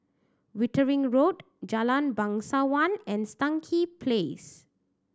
Wittering Road Jalan Bangsawan and Stangee Place